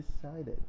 decided